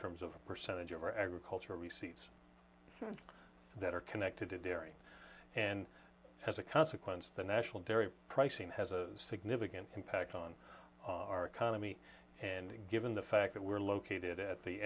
terms of percentage of our agricultural receipts that are connected to dairy and as a consequence the national dairy pricing has a significant impact on our economy and given the fact that we're located at the